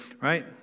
right